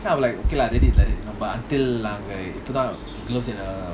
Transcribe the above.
then I was like okay reddit is like that but until நாங்கஇப்போதான்:nanga ipothan